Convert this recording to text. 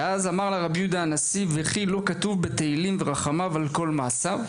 ואז אמר לה רבי יהודה הנשיא: וכי לא כתוב בתהלים "ורחמיו על כל מעשיו"?